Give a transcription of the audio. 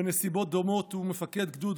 בנסיבות דומות: הוא מפקד גדוד,